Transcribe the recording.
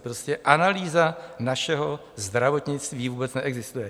Prostě analýza našeho zdravotnictví vůbec neexistuje.